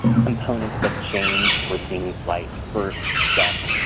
components of change for things like births, deaths,